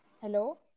Hello